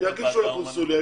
יגישו לקונסוליה,